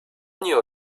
knew